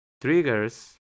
Triggers